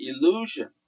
illusion